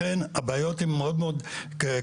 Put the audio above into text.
לכן הבעיות הן מאוד מאוד קשות.